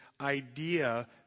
idea